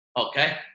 okay